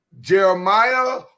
Jeremiah